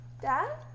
Dad